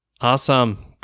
awesome